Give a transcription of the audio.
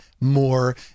more